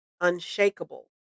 unshakable